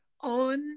on